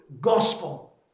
gospel